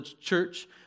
Church